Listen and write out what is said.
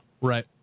Right